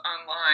online